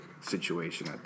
situation